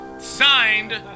Signed